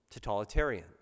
Totalitarians